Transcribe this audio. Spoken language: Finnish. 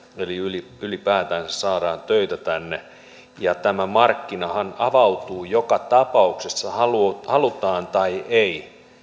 eli ylipäätänsä saadaan töitä tänne tämä markkinahan avautuu joka tapauksessa halutaan halutaan tai ei